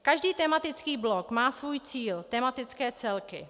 Každý tematický blok má svůj cíl, tematické celky.